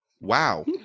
Wow